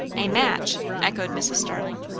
a match! echoed mrs. starling.